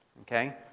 Okay